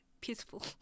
peaceful